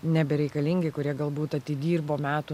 nebereikalingi kurie galbūt atidirbo metų